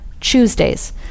Tuesdays